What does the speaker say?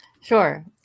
Sure